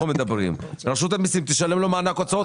מדברים אז רשות המיסים תשלם לו מענק הוצאות קבועות.